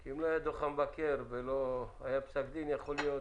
אם לא היה דוח מבקר והיה פסק דין, יכול להיות